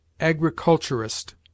Agriculturist